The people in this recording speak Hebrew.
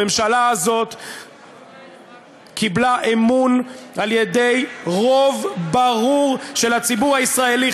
הממשלה הזאת קיבלה אמון על-ידי רוב ברור של הציבור הישראלי,